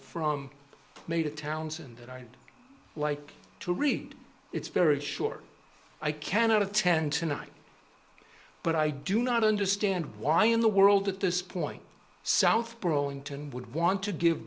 from may to townsend that i'd like to read it's very short i cannot attend tonight but i do not understand why in the world at this point south burlington would want to give